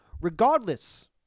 Regardless